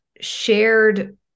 shared